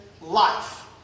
life